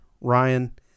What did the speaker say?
Ryan